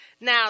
Now